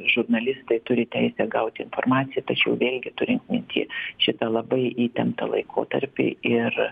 žurnalistai turi teisę gauti informaciją tačiau vėlgi turint minty šitą labai įtemptą laikotarpį ir